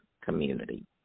community